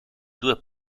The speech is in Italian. due